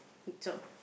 good job